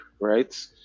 right